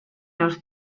los